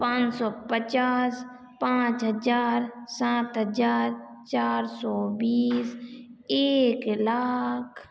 पाँच सौ पचास पाँच हज़ार सात हज़ार चार सौ बीस एक लाख